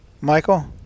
Michael